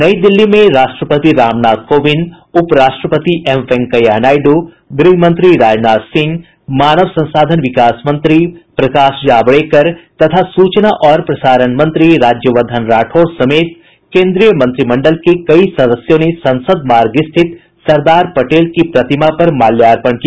नई दिल्ली में राष्ट्रपति रामनाथ कोविंद उपराष्ट्रपति एम वैंकैया नायडू गृहमंत्री राजनाथ सिंह मानव संसाधन विकास मंत्री प्रकाश जावड़ेकर तथा सूचना और प्रसारण मंत्री राज्यवर्धन राठौड़ समेत केन्द्रीय मंत्रिमंडल के कई सदस्यों ने संसद मार्ग स्थित सरदार पटेल की प्रतिमा पर माल्यार्पण किया